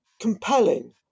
compelling